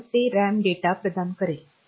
तर ते RAM data प्रदान करेल